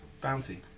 Bounty